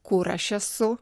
kur aš esu